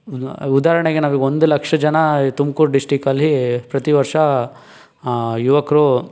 ಉದಾಹರಣೆಗೆ ನಾವೀಗ ಒಂದು ಲಕ್ಷ ಜನ ತುಮಕೂರು ಡಿಸ್ಟ್ರಿಕ್ಟ್ಅಲ್ಲಿ ಪ್ರತಿವರ್ಷ ಯುವಕರು